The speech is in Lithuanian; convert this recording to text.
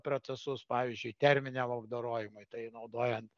procesus pavyzdžiui terminiam apdorojimui tai naudojant